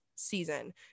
season